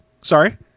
Sorry